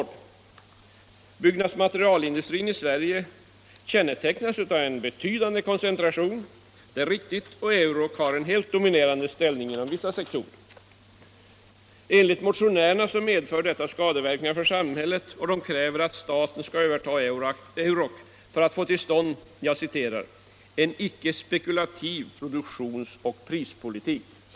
Det är riktigt att byggnadsmaterialindustrin i Sverige kännetecknas av en betydande koncentration, och Euroc har en helt dominerande ställning inom vissa sektorer. Enligt motionärerna medför detta skadeverkningar för samhället, och de kräver att staten skall överta Euroc för att få till stånd ”en icke spekulativ produktionsoch prispolitik”.